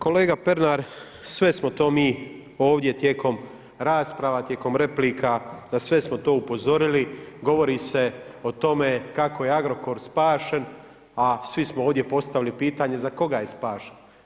Kolega Pernar, sve smo to mi ovdje tijekom rasprava, tijekom replika, na sve smo to upozorili, govori se o tome kako je Agrokor spašen a svi smo ovdje postavili pitanje za koga je spašen.